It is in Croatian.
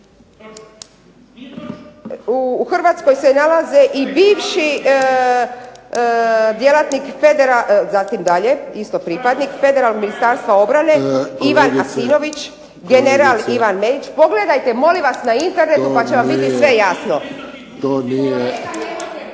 U Hrvatskoj se nalaze i bivši zatim dalje federalni pripadnik Ministarstva obrane Ivan Hasimović, general Ivan Meić. Pogledajte molim vas na internetu pa će vam biti sve jasno.